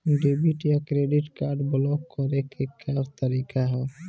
Debit या credit card block करे के का तरीका ह?